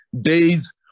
days